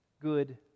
good